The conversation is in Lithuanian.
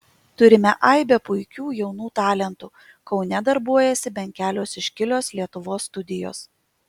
turime aibę puikių jaunų talentų kaune darbuojasi bent kelios iškilios lietuvos studijos